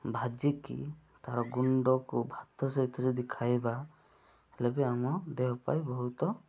ଭାଜିକି ତାର ଗୁଣ୍ଡକୁ ଭାତ ସହିତ ଯଦି ଖାଇବା ହେଲେ ବି ଆମ ଦେହ ପାଇଁ ବହୁତ